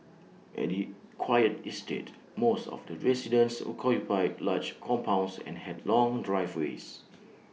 at the quiet estate most of the residences occupied large compounds and had long driveways